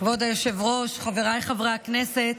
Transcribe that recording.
כבוד היושב-ראש, חבריי חברי הכנסת,